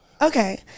Okay